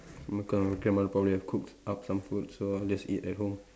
my gra~ my grandmother probably have cooked up some food so I'll just eat at home